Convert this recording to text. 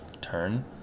turn